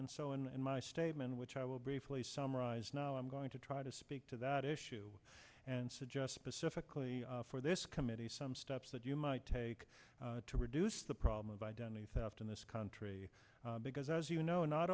and so and my statement which i will briefly summarize now i'm going to try to speak to that issue and suggest specifically for this committee some steps that you might take to reduce the problem of identity theft in this country because as you know not